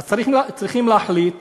אז צריכים להחליט